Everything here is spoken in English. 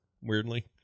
weirdly